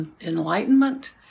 enlightenment